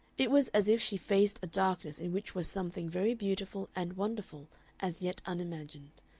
it was as if she faced a darkness in which was something very beautiful and wonderful as yet unimagined.